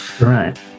Right